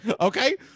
okay